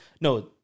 No